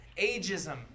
ageism